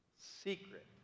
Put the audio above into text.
secret